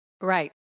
Right